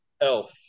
Elf